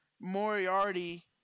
Moriarty